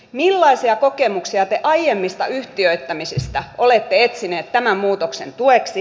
millaisia kokemuksia te aiemmista yhtiöittämisistä olette etsinyt tämän muutoksen tueksi